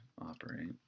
operate